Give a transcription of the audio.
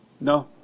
No